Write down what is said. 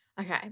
Okay